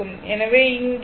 எனவே இங்கே τ L Rl 0